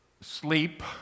Sleep